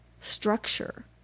structure